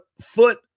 foot